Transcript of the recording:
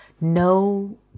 No